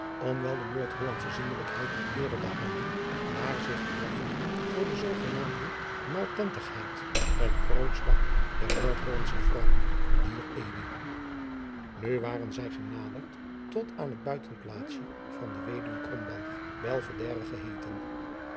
om wel de noord-hollandsche zindelijkheid in eere te houden maar zich te wachten voor de zoogenaamde maltentigheid een groot zwak der noordhollandsche vrouwen dier eeuwe nu waren zij genaderd tot aan het buitenplaatsje van de weduwe krombalg belvedere geheeten